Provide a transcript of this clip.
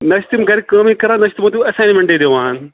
نہ چھِ تِم گَرِ کٲمٕے کَران نہ چھِ تِمَن تُہۍ اٮ۪ساینمٮ۪نٛٹٕے دِوان